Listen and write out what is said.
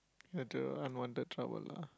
later unwanted trouble lah